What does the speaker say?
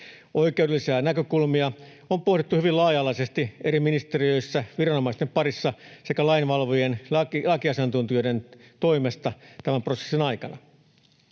Oikeudellisia näkökulmia on pohdittu hyvin laaja-alaisesti eri ministeriöissä, viranomaisten parissa sekä lakiasiantuntijoiden toimesta tämän prosessin aikana.